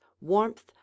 warmth